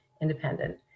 independent